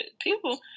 People